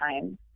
time